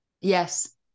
yes